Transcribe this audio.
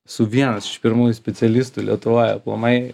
esu vienas iš pirmųjų specialistų lietuvoj aplamai